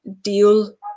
deal